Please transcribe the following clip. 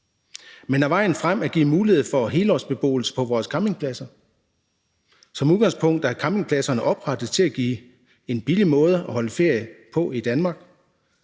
Men er vejen frem at give mulighed for helårsbeboelse på vores campingpladser? Som udgangspunkt er campingpladserne oprettet for at give en billig måde at holde ferie på i Danmark.